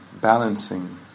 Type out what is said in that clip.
balancing